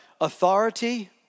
authority